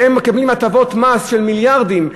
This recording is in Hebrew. שמקבלות הטבות מס של מיליארדים,